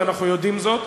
ואנחנו יודעים זאת.